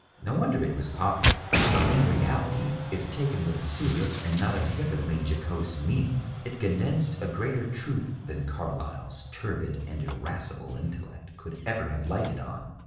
no wonder it was popular. but in reality, if taken with a serious and not a flippantly jocose meaning, it condensed a greater truth than carlyle's turbid and irascible intellect could ever have lighted on.